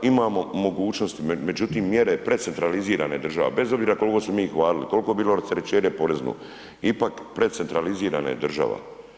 Imamo mogućnosti, međutim mjere precentralizirane države, bez obzira koliko se mi hvalili, koliko je bilo rasterećenje porezno ipak precentralizirana je država.